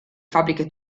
fabbriche